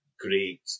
great